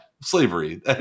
slavery